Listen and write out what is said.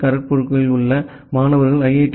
D காரக்பூருக்குள் உள்ள மாணவர்கள் ஐ